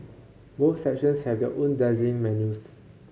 both sections have their own dazzling menus